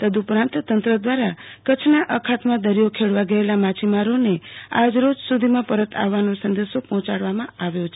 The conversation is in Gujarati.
તદઉપરાંત તંત્ર દવારા કચ્છના અખાતમાં દરિયો ખેડવા ગયેલા માછીમારોને આજ રોજ સૂધીમાં પરત આવવવાનો સંદેશો પહોંચાડવામાં આવ્યો છે